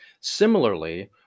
Similarly